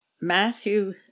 Matthew